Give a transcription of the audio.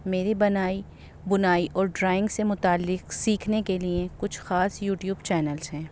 میری بنائی بنائی اور ڈرائنگ سے متعلق سیکھنے کے لیے کچھ خاص یوٹیوب چینلس ہیں